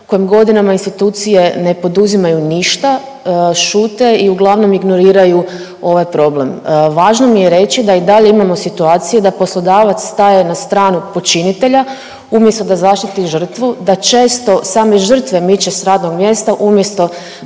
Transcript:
o kojem godinama institucije ne poduzimaju ništa, šute i uglavnom ignoriraju ovaj problem. Važno mi je reći da i dalje imamo situacije da poslodavac staje na stranu počinitelja umjesto da zaštiti žrtvu, da često same žrtve miče sa radnog mjesta umjesto